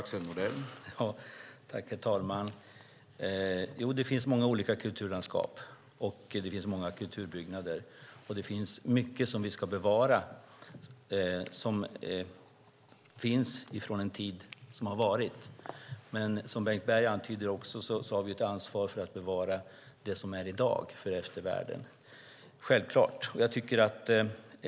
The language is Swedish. Herr talman! Ja, det finns många olika kulturlandskap och kulturbyggnader. Det finns mycket som vi ska bevara från en tid som varit. Som Bengt Berg antyder har vi också ett ansvar att för eftervärlden bevara det som finns i dag.